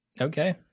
Okay